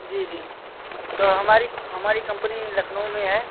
जी जी तो हमारी हमारी कम्पनी लखनऊ में है